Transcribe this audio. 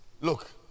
look